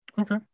okay